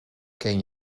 ken